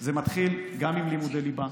זה מתחיל גם עם לימודי ליבה,